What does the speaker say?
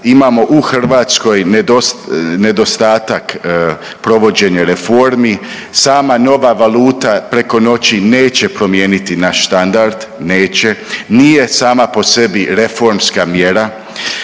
imamo u Hrvatskoj nedostatak provođenja reformi. Sama nova valuta preko noći neće promijeniti naš standard, neće. Nije sama po sebi reformska mjera